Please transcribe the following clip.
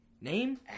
Name